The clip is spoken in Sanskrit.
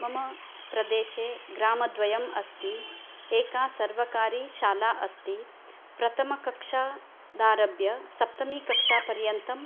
मम प्रदेशे ग्रामद्वयम् अस्ति एका सर्वकारीशाला अस्ति प्रथमकक्षादारभ्य सप्तमकक्षा पर्यन्तम्